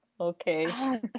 Okay